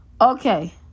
okay